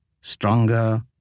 Stronger